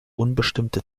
unbestimmte